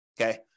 Okay